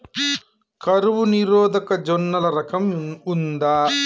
కరువు నిరోధక జొన్నల రకం ఉందా?